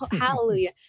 hallelujah